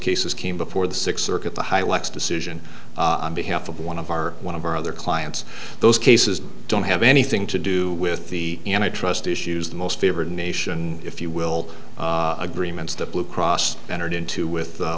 cases came before the six circuit the high lex decision on behalf of one of our one of our other clients those cases don't have anything to do with the antitrust issues the most favored nation if you will agreements the blue cross entered into with